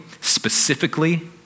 specifically